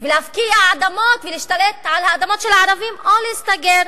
ולהפקיע אדמות ולהשתלט על האדמות של הערבים או להסתגר?